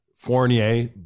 Fournier